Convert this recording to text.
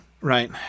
right